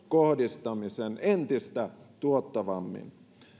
kohdistamisen entistä tuottavammin